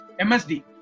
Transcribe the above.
MSD